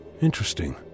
Interesting